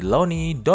Lonnie